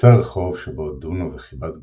בקצה הרחוב שבו דונו וחיבת גרו,